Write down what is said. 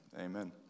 amen